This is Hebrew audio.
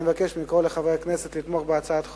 אני מבקש מכל חברי הכנסת לתמוך בהצעת החוק,